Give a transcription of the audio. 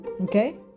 Okay